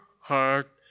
heart